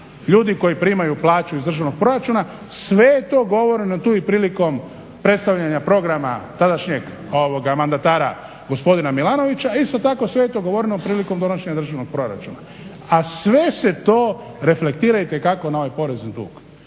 ljudi koji primaju plaću iz državnog proračuna. Sve je to govoreno tu i prilikom predstavljanja programa tadašnjeg mandatara gospodina Milanovića, isto tako sve je to govoreno prilikom donošenja proračuna, a sve se to reflektira itekako na ovaj porezni dug.